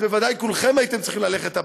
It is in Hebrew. אז בוודאי כולכם הייתם צריכים ללכת הביתה.